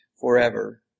forever